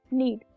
need